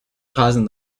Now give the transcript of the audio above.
causing